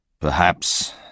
Perhaps